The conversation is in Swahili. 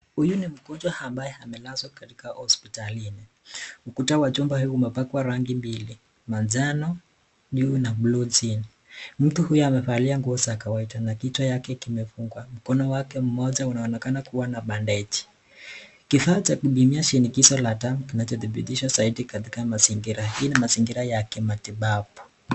Huyu ni mgonjwa ambaye amelazwa katika hosipitani. Ukuta wa jumba hili limepakwa rangu mbili, manjano juu na bluu chini. Mtu huyu amevalia nguo za kawaida na kichwa yake kimefungwa. Mkono wake mmoja unaonekana kua na bandegi. Kifaa cha kupimia shinikizo la damu kinachothibitisha zaidi katika mazingira. Hii ni mazingira ya kimatibabu